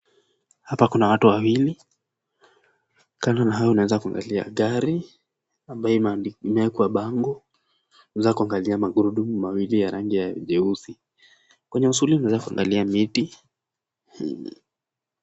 Hapo kuna watu wawili, kando na hao unaeda kuangalia gari ambayo imeekwa bango, unaeza kuangalia magurudumu mawili ya rangi ya jeusi. Kwenye usuli unaeza kuangalia miti hii.